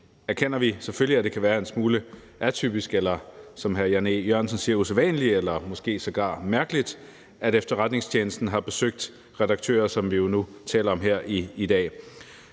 erkender vi, at det selvfølgelig kan være en smule atypisk eller, som hr. Jan E. Jørgensen siger, usædvanligt eller måske sågar mærkeligt, at efterretningstjenesten har besøgt redaktører, som vi jo nu taler om her i dag.